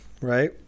right